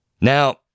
Now